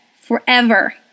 forever